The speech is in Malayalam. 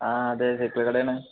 ആ അതെ സൈക്കള് കടയാണ്